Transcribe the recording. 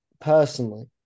personally